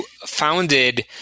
founded